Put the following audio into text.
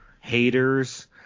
haters